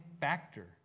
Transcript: factor